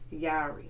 Yari